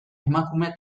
emakume